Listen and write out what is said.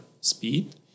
speed